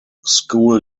school